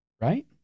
Right